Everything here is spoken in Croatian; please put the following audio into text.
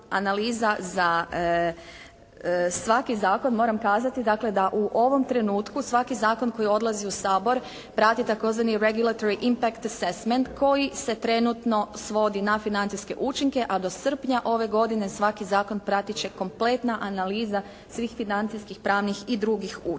za svaki zakon moram kazati, dakle da u ovom trenutku svaki zakon koji odlazi u Sabor prati tzv. … /Ne razumije se./ … koji se trenutno svodi na financijske učinke a do srpnja ove godine svaki zakon pratit će kompletna analiza svih financijskih, pravnih i drugih učinaka.